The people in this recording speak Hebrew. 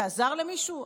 זה עזר למישהו?